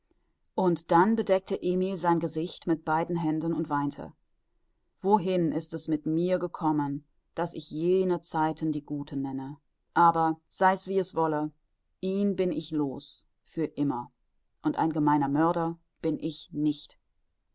und dann bedeckte emil sein gesicht mit beiden händen und weinte wohin ist es mit mir gekommen daß ich jene zeiten die guten nenne aber sei's wie es wolle ihn bin ich los für immer und ein gemeiner mörder bin ich nicht